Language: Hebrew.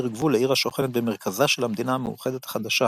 גבול לעיר השוכנת במרכזה של המדינה המאוחדת החדשה.